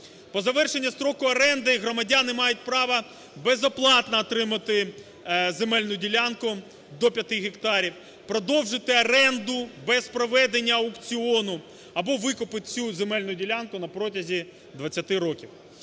По завершенню строку оренди громадяни мають право безоплатно отримати земельну ділянку до 5 гектарів, продовжити оренду без проведення аукціону або викупити цю земельну ділянку на протязі 20 років.